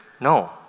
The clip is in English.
no